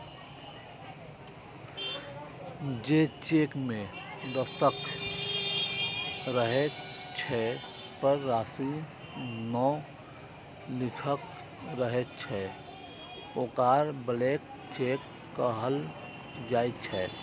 जे चेक मे दस्तखत रहै छै, पर राशि नै लिखल रहै छै, ओकरा ब्लैंक चेक कहल जाइ छै